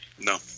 No